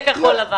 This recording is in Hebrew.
כך.